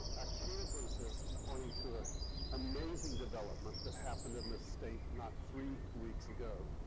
i can't resist pointing to a amazing development that happened in this state not three weeks ago.